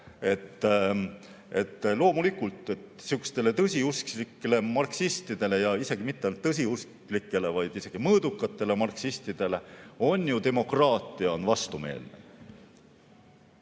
et loomulikult sihukestele tõsiusklikele marksistidele, ja isegi mitte ainult tõsiusklikele, vaid isegi mõõdukatele marksistidele, on ju demokraatia vastumeelne.